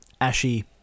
Ashy